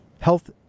health